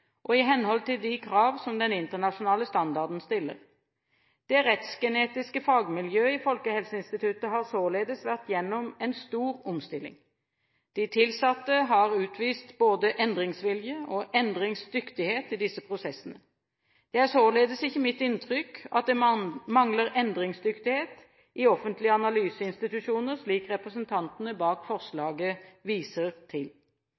og i henhold til de krav som den internasjonale standarden stiller. Det rettsgenetiske fagmiljøet i Folkehelseinstituttet har således vært gjennom en stor omstilling. De tilsatte har utvist både endringsvilje og endringsdyktighet i disse prosessene. Det er således ikke mitt inntrykk at det mangler endringsdyktighet i offentlige analyseinstitusjoner, slik representantene bak forslaget viser til.